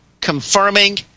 confirming